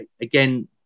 again